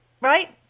right